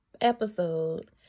episode